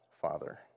Father